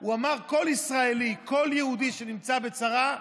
הוא אמר: כל ישראלי, כל יהודי שנמצא בצרה,